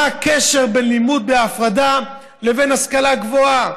מה הקשר בין לימוד בהפרדה לבין השכלה גבוהה?